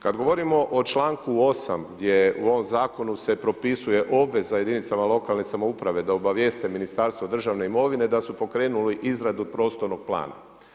Kada govorimo o čl.8. gdje u ovom zakonu se propisuje obveza jedinicama lokalne samouprave da obavijeste Ministarstvo državne imovine, da su pokrenuli izradu prostornog plana.